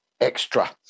Extra